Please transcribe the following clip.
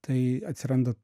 tai atsiranda